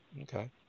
Okay